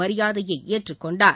மரியாதையை ஏற்றுக்கொண்டார்